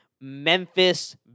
Memphis